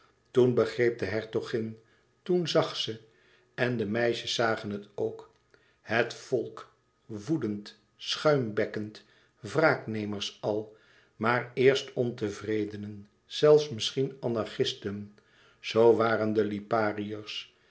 toen begreep de hertogin toen zag ze en de meisjes zagen ook het volk woedend schuimbekkend wraaknemers al maar eerst ontevredenen zelfs misschien anarchisten zoo waren de lipariërs